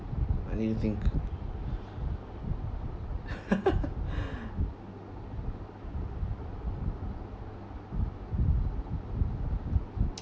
I need to think